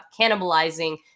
cannibalizing